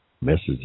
message